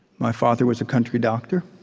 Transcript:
my father was a country doctor,